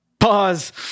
pause